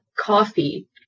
coffee